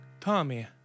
Tommy